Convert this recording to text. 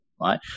right